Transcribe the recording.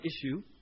issue